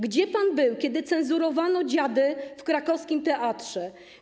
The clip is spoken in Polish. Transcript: Gdzie pan był, kiedy cenzurowano ˝Dziady˝ w krakowskim teatrze?